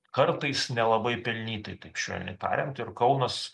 kartais nelabai pelnytai taip švelniai tariant ir kaunas